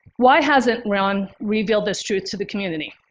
why hasn't ron reveal this truth to the community?